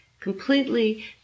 completely